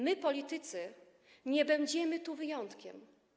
My, politycy, nie będziemy wyjątkiem.